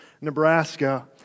Nebraska